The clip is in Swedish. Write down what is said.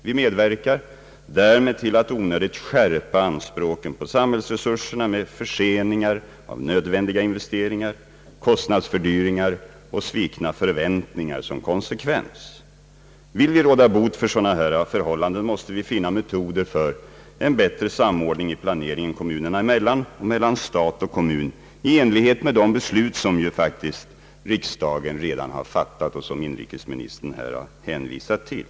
Vi medverkar därmed till att onödigt skärpa anspråken på samhällsresurserna med förseningar av nödvändiga investeringar, kostnadsökningar och svikna förväntningar som konsekvens, Vill vi råda bot för sådana missförhållanden, måste vi finna metoder för en bättre samordning i planeringen kommunerna emellan och mellan stat och kommun i enlighet med de beslut som riksdagen ju redan har fattat och som inrikesministern här hänvisar till.